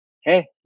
hey